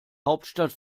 hauptstadt